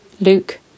Luke